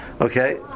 Okay